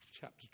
chapter